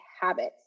habits